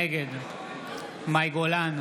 נגד מאי גולן,